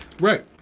Right